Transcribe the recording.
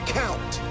count